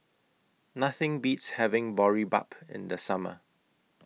Nothing Beats having Boribap in The Summer